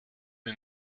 mir